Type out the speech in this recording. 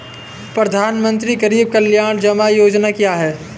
प्रधानमंत्री गरीब कल्याण जमा योजना क्या है?